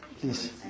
please